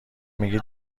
میگه